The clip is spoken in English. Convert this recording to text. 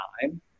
time